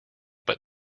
but